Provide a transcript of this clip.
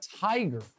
tiger